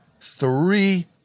Three